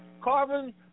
carbon